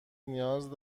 نیاز